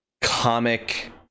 comic